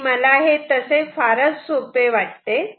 आणि मला हे तसे फार सोपे वाटते